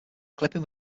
clipping